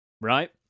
right